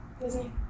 disney